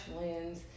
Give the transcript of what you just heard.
lens